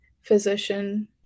physician